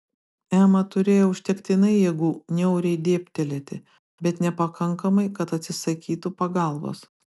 ema turėjo užtektinai jėgų niauriai dėbtelėti bet nepakankamai kad atsisakytų pagalbos